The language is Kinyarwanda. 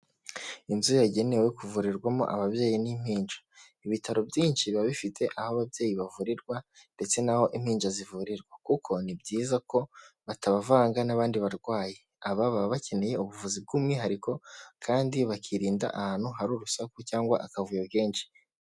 Inzu yagenewe kuvurirwamo ababyeyi n'impinja, ibitaro byinshi biba bifite aho ababyeyi bavurirwa ndetse n'aho impinja zivurirwa kuko ni byiza ko batabavanga n'abandi barwayi, aba baba bakeneye ubuvuzi bw'umwihariko kandi bakirinda ahantu hari urusaku cyangwa akavuyo kenshi.